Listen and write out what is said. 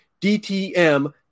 DTM